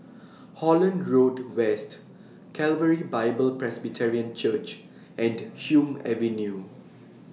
Holland Road West Calvary Bible Presbyterian Church and Hume Avenue